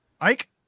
Mike